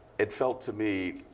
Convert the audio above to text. it felt, to me,